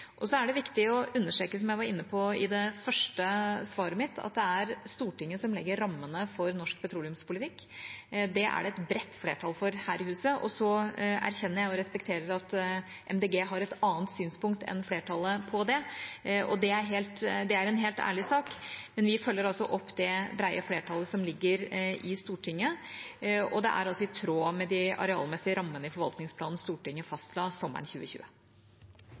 er viktig å understreke, som jeg var inne på i det første svaret mitt, at det er Stortinget som legger rammene for norsk petroleumspolitikk. Det er det et bredt flertall for her i huset. Så erkjenner og respekterer jeg at Miljøpartiet De Grønne har et annet synspunkt enn flertallet på det. Det er en helt ærlig sak. Men vi følger altså opp det brede flertallet som ligger i Stortinget, og det er også i tråd med de arealmessige rammene i forvaltningsplanen Stortinget fastla sommeren 2020.